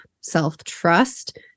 self-trust